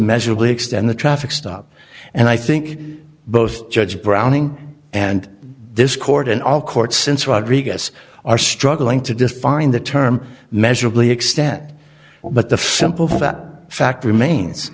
measurably extend the traffic stop and i think both judge browning and this court and all courts since rodriguez are struggling to define the term measurably extent but the simple fact fact remains